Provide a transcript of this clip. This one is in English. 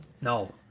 No